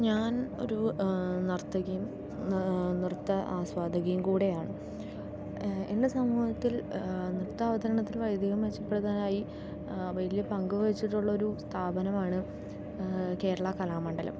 ഞാൻ ഒരു നർത്തകിയും നൃത്ത ആസ്വാതികയും കൂടിയാണ് ഇന്ന് സമൂഹത്തിൽ നൃത്ത അവതരണത്തിൽ വേദികൾ മെച്ചപ്പെടുത്താനായി വലിയ പങ്ക് വഹിച്ചിട്ടുള്ള ഒരു സ്ഥാപനമാണ് കേരളാ കലാമണ്ഡലം